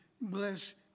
bless